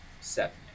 seven